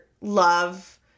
love